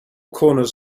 corners